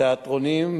התיאטראות,